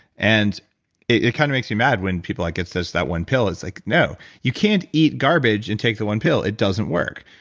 and it kind of makes me mad when people like, it's just that one pill. it's like no, you can't eat garbage and take the one pill. it doesn't work.